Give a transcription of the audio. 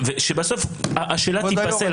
מה גם שבסוף השאלה אולי תיפסל.